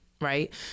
right